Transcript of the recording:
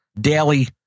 daily